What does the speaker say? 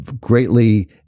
greatly